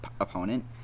opponent